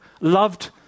loved